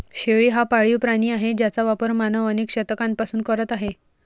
शेळी हा पाळीव प्राणी आहे ज्याचा वापर मानव अनेक शतकांपासून करत आहे